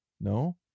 No